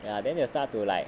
ya then they will start to like